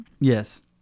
Yes